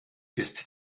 ist